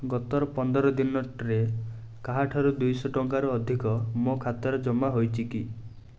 ଗତର ପନ୍ଦର ଦିନଟିରେ କାହା ଠାରୁ ଦୁଇଶ ଟଙ୍କାରୁ ଅଧିକ ମୋ ଖାତାରେ ଜମା ହୋଇଛି କି